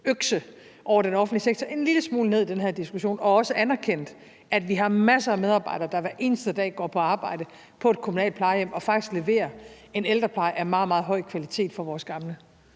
økse over den offentlige sektor en lille smule ned i den her diskussion og også anerkendte, at vi har masser af medarbejdere, der hver eneste dag går på arbejde på et kommunalt plejehjem og faktisk leverer en ældrepleje af meget, meget høj kvalitet for vores gamle?